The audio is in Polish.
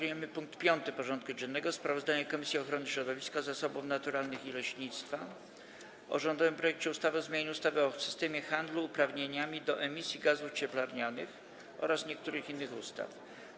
Powracamy do rozpatrzenia punktu 5. porządku dziennego: Sprawozdanie Komisji Ochrony Środowiska, Zasobów Naturalnych i Leśnictwa o rządowym projekcie ustawy o zmianie ustawy o systemie handlu uprawnieniami do emisji gazów cieplarnianych oraz niektórych innych ustaw.